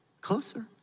closer